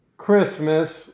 Christmas